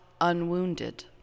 unwounded